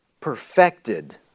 perfected